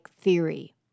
theory